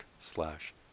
slash